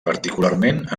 particularment